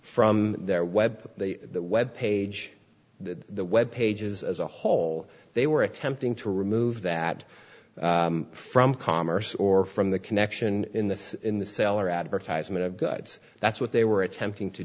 from their web the web page the web pages as a whole they were attempting to remove that from commerce or from the connection in this in the cellar advertisement of goods that's what they were attempting to